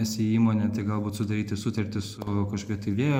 esi įmonė tai galbūt sudaryti sutartį su kažkokia tai vėjo